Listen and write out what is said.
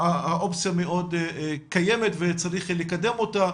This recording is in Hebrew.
האופציה מאוד קיימת וצריך לקדם אותה.